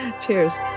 Cheers